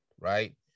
right